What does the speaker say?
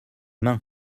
mains